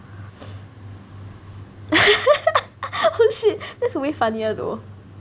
oh shit that's way funnier though